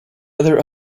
other